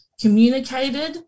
communicated